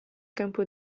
campo